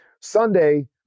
sunday